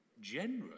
generous